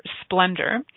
splendor